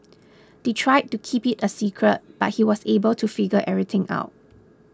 they tried to keep it a secret but he was able to figure everything out